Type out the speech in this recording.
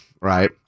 right